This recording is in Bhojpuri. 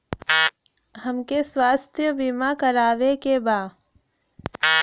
हमके स्वास्थ्य बीमा करावे के बा?